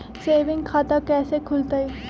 Saving खाता कैसे खुलतई?